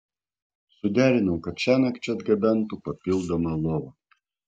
suderinau kad šiąnakt čia atgabentų papildomą lovą